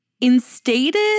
instated